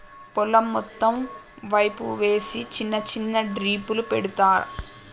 పొలం మొత్తం పైపు వేసి చిన్న చిన్న డ్రిప్పులు పెడతార్